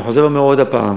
אני חוזר ואומר עוד הפעם,